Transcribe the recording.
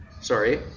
sorry